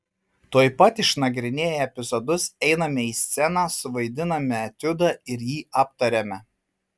tuoj pat išnagrinėję epizodus einame į sceną suvaidiname etiudą ir jį aptariame